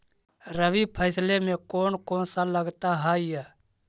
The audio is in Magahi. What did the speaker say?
रबी फैसले मे कोन कोन सा लगता हाइय?